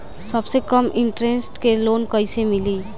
सबसे कम इन्टरेस्ट के लोन कइसे मिली?